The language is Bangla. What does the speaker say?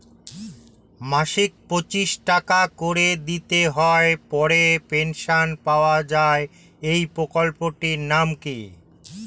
মাসিক পঁচিশ টাকা করে দিতে হয় পরে পেনশন পাওয়া যায় এই প্রকল্পে টির নাম কি?